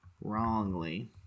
wrongly